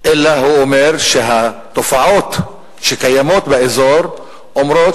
אלא הוא אומר שהתופעות שקיימות באזור אומרות